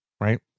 right